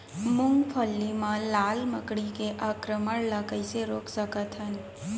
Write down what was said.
मूंगफली मा लाल मकड़ी के आक्रमण ला कइसे रोक सकत हन?